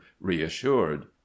reassured